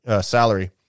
salary